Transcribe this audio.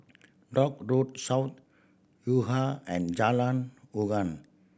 Dock Road South Yuhua and Jalan